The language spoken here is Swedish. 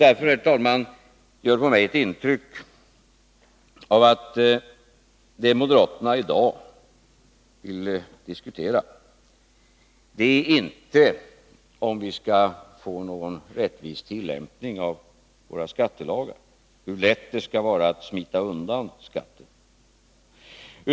Jag har fått intrycket att det moderaterna i dag vill diskutera inte är hur vi skall få en rättvis tillämpning av våra skattelagar och hur lätt det skall vara att smita undan skatter.